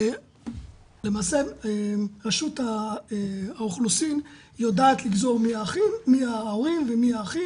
למעשה רשות האוכלוסין יודעת לגזור מי האחים ומי ההורים,